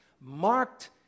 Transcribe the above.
marked